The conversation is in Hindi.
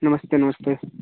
नमस्ते नमस्ते